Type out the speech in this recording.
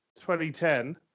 2010